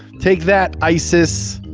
take that isis.